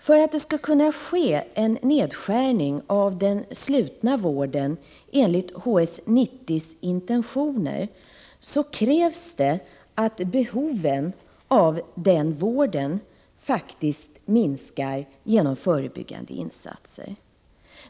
För att det skall kunna ske en nedskärning av den slutna vården enligt HS 90:s intentioner krävs att behoven av denna vård faktiskt minskar genom förebyggande insatser.